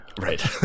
right